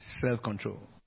self-control